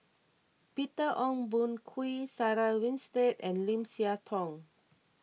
Peter Ong Boon Kwee Sarah Winstedt and Lim Siah Tong